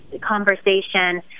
conversation